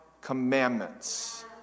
commandments